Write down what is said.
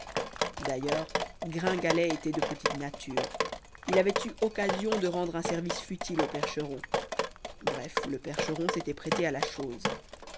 d'ailleurs gringalet était de petite nature il avait eu occasion de rendre un service futile au percheron bref le percheron s'était prêté à la chose